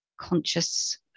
conscious